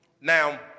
now